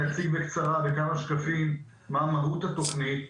אני אציג בקצרה בכמה שקפים מה מהות התכנית,